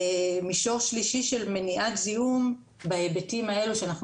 מישור שלישי של מניעת זיהום בהיבטים האלו שאנחנו